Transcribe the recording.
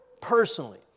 personally